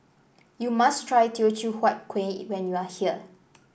you must try Teochew Huat Kuih when you are here